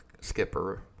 skipper